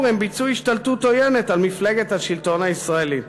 הם ביצעו השתלטות עוינת על מפלגת השלטון הישראלית.